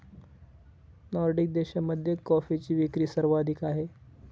Nordic देशांमध्ये कॉफीची विक्री सर्वाधिक आहे